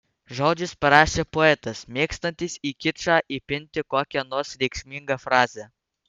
žodžius parašė poetas mėgstantis į kičą įpinti kokią nors reikšmingą frazę